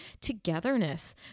togetherness